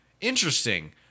interesting